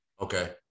Okay